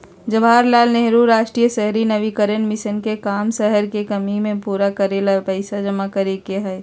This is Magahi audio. जवाहर लाल नेहरू राष्ट्रीय शहरी नवीकरण मिशन के काम शहर के कमी के पूरा करे ला पैसा जमा करे के हई